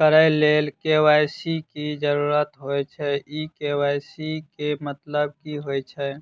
करऽ लेल के.वाई.सी की जरुरत होइ छैय इ के.वाई.सी केँ मतलब की होइ छैय?